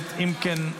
אם כן,